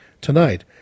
tonight